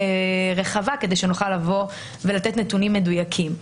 רחב כדי שנוכל לבוא ולתת נתונים מדויקים.